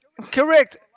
Correct